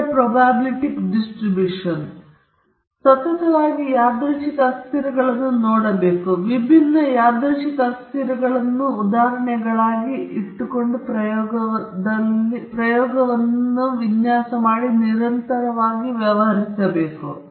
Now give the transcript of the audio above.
ಆದ್ದರಿಂದ ನಾವು ಸತತವಾಗಿ ಯಾದೃಚ್ಛಿಕ ಅಸ್ಥಿರಗಳನ್ನು ನೋಡುತ್ತಿದ್ದೇವೆ ವಿಭಿನ್ನ ಯಾದೃಚ್ಛಿಕ ಅಸ್ಥಿರಗಳ ಉದಾಹರಣೆಗಳಾಗಿರಬಹುದು ಆದರೆ ನಮ್ಮ ಪ್ರಯೋಗಗಳ ವಿನ್ಯಾಸದಲ್ಲಿ ನಾವು ನಿರಂತರವಾಗಿ ವಿವಿಧ ಪ್ರಮಾಣದಲ್ಲಿ ವ್ಯವಹರಿಸುತ್ತೇವೆ